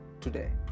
today